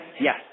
Yes